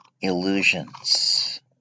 Illusions*